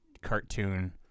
cartoon